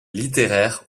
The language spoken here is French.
littéraires